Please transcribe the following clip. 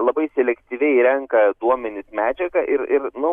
labai selektyviai renka duomenis medžiagą ir ir nu